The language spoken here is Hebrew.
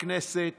בשם הכנסת